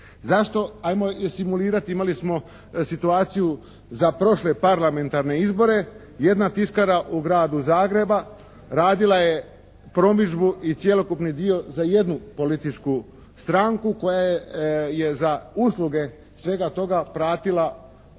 Zašto, 'ajmo simulirati imali smo situaciju za prošle parlamentarne izbore jedna tiskara u Gradu Zagrebu radila je promidžbu i cjelokupni dio za jednu političku stranku koja je za usluge svega toga platila